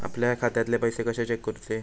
आपल्या खात्यातले पैसे कशे चेक करुचे?